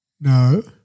No